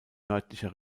nördlicher